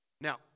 Now